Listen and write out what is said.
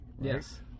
Yes